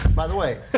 by the way.